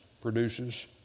produces